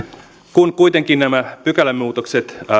kun kuitenkin nämä pykälämuutokset